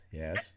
yes